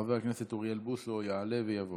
חבר הכנסת אוריאל בוסו יעלה ויבוא,